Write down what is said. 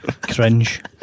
Cringe